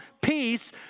peace